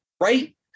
Right